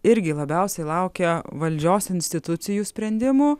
irgi labiausiai laukia valdžios institucijų sprendimų